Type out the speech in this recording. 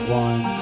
one